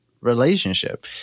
relationship